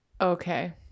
Okay